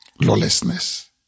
lawlessness